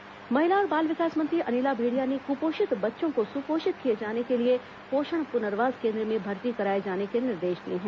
भेंडिया समीक्षा महिला और बाल विकास मंत्री अनिला भेंडिया ने क्पोषित बच्चों को सुपोषित किए जाने के लिए पोषण पुनर्वास केन्द्र में भर्ती कराए जाने के निर्देश दिए हैं